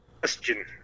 Question